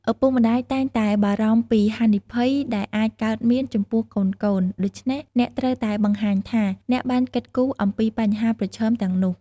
ឪពុកម្ដាយតែងតែបារម្ភពីហានិភ័យដែលអាចកើតមានចំពោះកូនៗ ដូច្នេះ អ្នកត្រូវតែបង្ហាញថាអ្នកបានគិតគូរអំពីបញ្ហាប្រឈមទាំងនោះ។